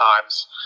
times